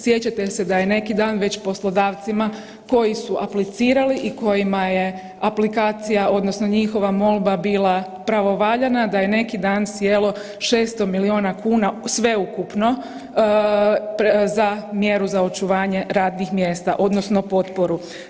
Sjećate se da je neki dan već poslodavcima koji su aplicirali i kojima je aplikacija odnosno njihova molba bila pravovaljana da je neki dan sjelo 600 milijuna kuna sveukupno za mjeru za očuvanje radnih mjesta odnosno potporu.